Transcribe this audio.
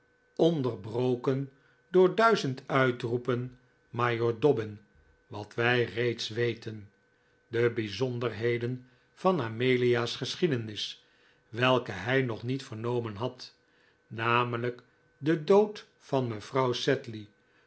onderbroken door duizend uitroepen majoor dobbin wat wij reeds weten de bijzonderheden van amelia's geschiedenis welke hij nog niet vernomen had namelijk den dood van mevrouw